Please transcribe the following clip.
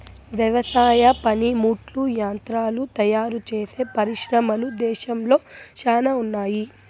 వ్యవసాయ పనిముట్లు యంత్రాలు తయారుచేసే పరిశ్రమలు దేశంలో శ్యానా ఉన్నాయి